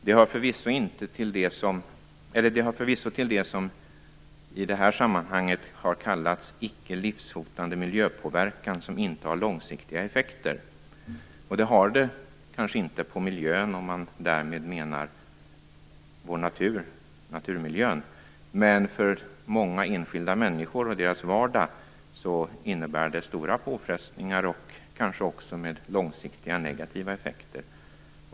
Det hör förvisso till det som i detta sammanhang kallas för icke livshotande miljöpåverkan som inte har långsiktiga effekter. Det har det kanske inte på miljön, om därmed menas naturmiljön. Men för många enskilda och deras vardag innebär buller stora påfrestningar och kanske också långsiktiga negativa effekter.